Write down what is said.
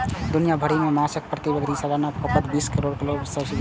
दुनिया भरि मे माछक प्रति व्यक्ति सालाना खपत बीस किलोग्राम सं बेसी छै